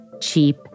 cheap